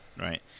right